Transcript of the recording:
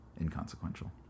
Inconsequential